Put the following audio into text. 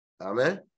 Amen